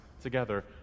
together